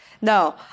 No